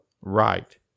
Right